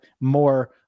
more